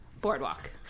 boardwalk